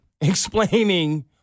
explaining